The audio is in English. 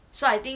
so I think